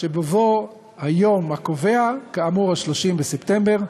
שבבוא היום הקובע, כאמור 30 בספטמבר,